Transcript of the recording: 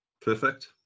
Perfect